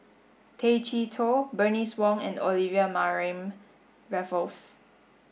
Tay Chee Toh Bernice Wong and Olivia Mariamne Raffles